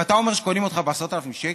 ואתה אומר שקונים אותך ב-10,000 שקל?